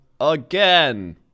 again